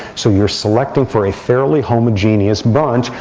so you're selecting for a fairly homogeneous bunch,